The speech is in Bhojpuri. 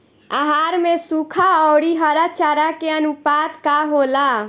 आहार में सुखा औरी हरा चारा के आनुपात का होला?